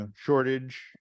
shortage